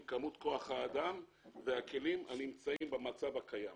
כמות כוח האדם והכלים הנמצאים במצב הקיים.